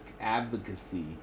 advocacy